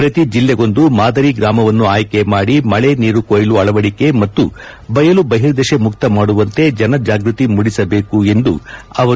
ಪ್ರತಿ ಜೆಲ್ಲೆಗೊಂದು ಮಾದರಿ ಗ್ರಾಮವನ್ನು ಆಯ್ಲೆ ಮಾಡಿ ಮಳೆ ನೀರು ಕೊಯ್ಲು ಅಳವಡಿಕೆ ಮತ್ತು ಬಯಲು ಬಹಿರ್ದೆಷೆ ಮುಕ್ತ ಮಾಡುವಂತೆ ಜನಜಾಗ್ಟತಿ ಮೂಡಿಸಬೇಕು ಎಂದರು